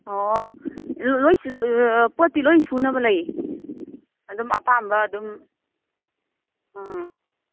ꯑꯣ ꯂꯣꯏ ꯄꯣꯠꯇꯤ ꯂꯣꯏ ꯁꯨꯅꯕ ꯂꯩꯌꯦ ꯑꯗꯨꯝ ꯑꯄꯥꯝꯕ ꯑꯗꯨꯝ ꯑ